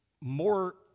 more